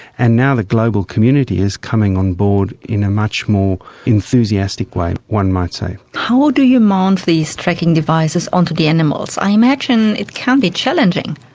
and now the global community is coming on board in a much more enthusiastic way, one might say. how do you mount these tracking devices onto the animals? i imagine it can be challenging.